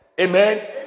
amen